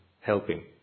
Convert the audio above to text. helping